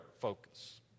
focus